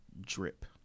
Drip